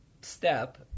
step